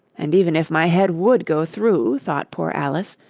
and even if my head would go through thought poor alice,